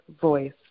voice